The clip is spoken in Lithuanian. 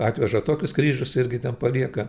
atveža tokius kryžius irgi ten palieka